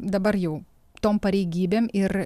dabar jau tom pareigybėm ir